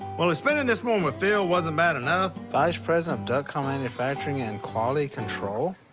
well, if spending this morning with phil wasn't bad enough. vice president of duck call manufacturing and quality control?